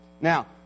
Now